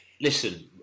Listen